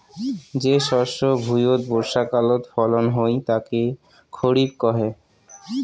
যে শস্য ভুঁইয়ত বর্ষাকালত ফলন হই তাকে খরিফ কহে